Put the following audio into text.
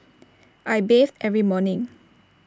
I bathe every morning